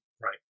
Right